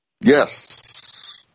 Yes